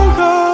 go